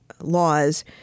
laws